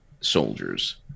soldiers